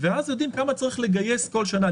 ואז יודעים כמה צריך לגייס כל שנה,